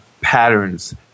patterns